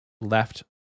left